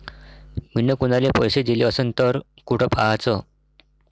मिन कुनाले पैसे दिले असन तर कुठ पाहाचं?